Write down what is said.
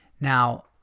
Now